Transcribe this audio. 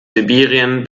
sibirien